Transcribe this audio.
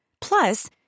Plus